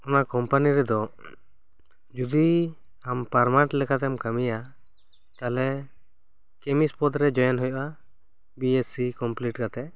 ᱚᱱᱟ ᱠᱚᱢᱯᱟᱱᱤ ᱨᱮ ᱫᱚ ᱡᱩᱫᱤ ᱟᱢ ᱯᱟᱨᱢᱟᱱᱮᱱᱴ ᱞᱮᱠᱟᱢ ᱠᱟᱹᱢᱤᱭᱟ ᱛᱚᱵᱮ ᱠᱮᱢᱤᱥᱴ ᱯᱚᱫᱽ ᱨᱮ ᱡᱚᱭᱮᱱ ᱦᱩᱭᱩᱜ ᱟ ᱵᱤ ᱮᱥ ᱥᱤ ᱠᱚᱢᱯᱤᱞᱤᱴ ᱠᱟᱛᱮᱫ